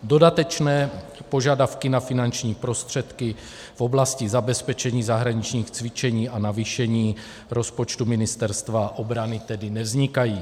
Dodatečné požadavky na finanční prostředky v oblasti zabezpečení zahraničních cvičení a navýšení rozpočtu Ministerstva obrany tedy nevznikají.